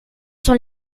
sont